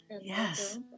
Yes